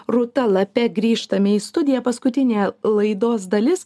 rūta lape grįžtame į studiją paskutinė laidos dalis